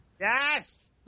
Yes